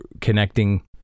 connecting